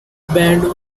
band